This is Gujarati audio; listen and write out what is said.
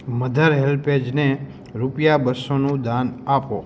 મધર હૅલ્પેજને રૂપિયા બસોનું દાન આપો